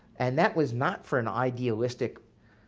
and that was not for an idealistic